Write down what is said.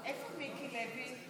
איפה מיקי לוי?